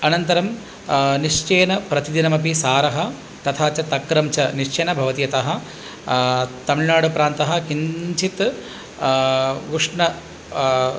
अनन्तरं निश्चयेन प्रतिदिनमपि सारः तथा च तक्रं च निश्चयेन भवति यतः तमिल्नाडुप्रान्तः किञ्चित् उष्ण